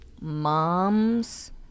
moms